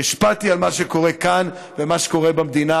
שהשפעתי על מה שקורה כאן ועל מה שקורה במדינה,